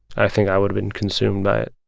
i think i would've been consumed by